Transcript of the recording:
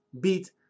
beat